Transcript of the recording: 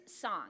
song